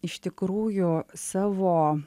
iš tikrųjų savo